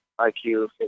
IQ